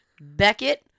Beckett